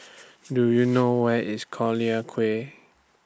Do YOU know Where IS Collyer Quay